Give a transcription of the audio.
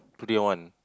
today one